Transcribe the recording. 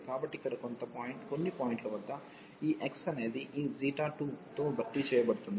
కాబట్టి ఇక్కడ కొంత పాయింట్ వద్ద ఈ x అనేది ఈ ξ2 తో భర్తీ చేయబడుతుంది